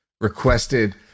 requested